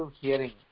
hearing